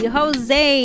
Jose